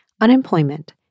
unemployment